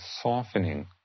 softening